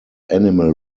animal